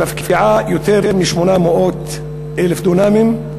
שמפקיעה יותר מ-800,000 דונמים,